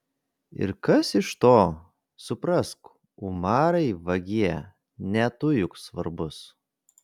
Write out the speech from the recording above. ir kas iš to suprask umarai vagie ne tu juk svarbus